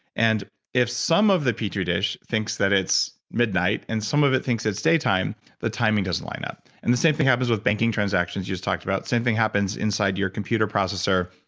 and if some of the petri dish thinks that it's midnight and some of it thinks it's daytime, the timing doesn't line up and the same thing happens with banking transactions you just talked about. same thing happens inside your computer processor.